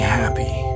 happy